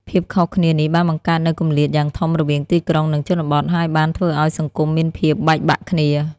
ភាពខុសគ្នានេះបានបង្កើតនូវគម្លាតយ៉ាងធំរវាងទីក្រុងនិងជនបទ ហើយបានធ្វើឲ្យសង្គមមានភាពបែកបាក់គ្នា។